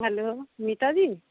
hello মিতাদি